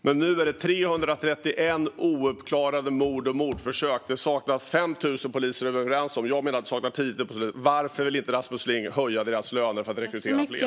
Men nu är det 331 ouppklarade mord och mordförsök. Det saknas 5 000 poliser - det är vi överens om. Jag menar att vi saknar 10 000 poliser. Varför vill inte Rasmus Ling höja deras löner, så att det rekryteras fler?